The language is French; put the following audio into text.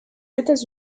états